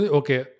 okay